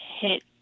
hit